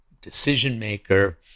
decision-maker